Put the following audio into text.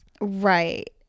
right